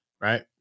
right